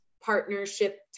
partnership